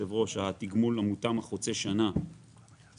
התגמול המותאם חוצה שנה הביא למקסום של התגמול רטרואקטיבית.